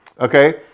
okay